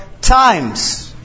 times